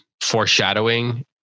foreshadowing